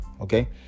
okay